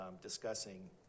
discussing